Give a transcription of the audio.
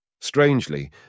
Strangely